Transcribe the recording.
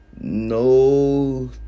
No